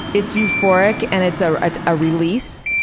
it's euphoric and it's ah it's a release,